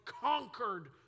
conquered